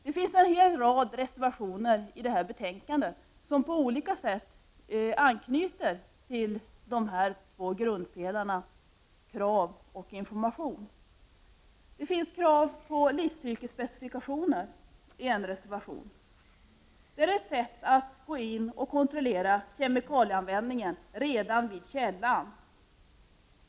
Det finns en lång rad reservationer i det här betänkandet som på olika sätt anknyter till dessa två grundpelare: krav och information. Det finns ett krav på livscykelspecifikationer i en reservation. Det vore ett sätt att gå in och kontrollera kemikalieanvändningen redan vid källan.